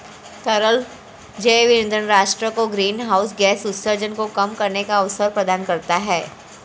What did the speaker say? तरल जैव ईंधन राष्ट्र को ग्रीनहाउस गैस उत्सर्जन को कम करने का अवसर प्रदान करता है